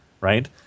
right